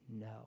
No